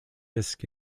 disc